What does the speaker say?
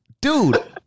Dude